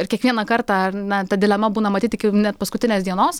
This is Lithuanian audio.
ir kiekvieną kartą na ta dilema būna matyti iki net paskutinės dienos